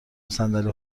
صندلی